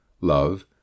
love